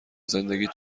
زندگیت